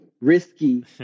risky